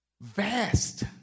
Vast